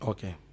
Okay